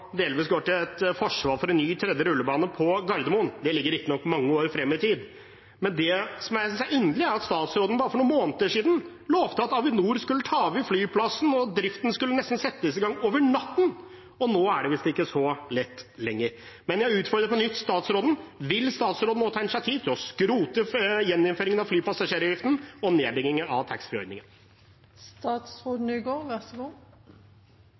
delvis går i forsvar for en ny tredje rullebane på Gardermoen. Det ligger riktignok mange år frem i tid, men det som jeg synes er underlig, er at statsråden for noen måneder siden lovte at Avinor skulle ta over flyplassen og driften skulle settes i gang nesten over natten. Nå er det visst ikke så lett lenger. Men jeg utfordrer statsråden på nytt: Vil statsråden nå ta initiativ til å skrote gjeninnføringen av flypassasjeravgiften og nedbyggingen av